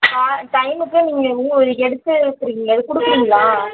ஆ டைமுக்கு நீங்கள் எடுத்து வச்சுருக்கீங்கள்லே அதை கொடுக்குறீங்களா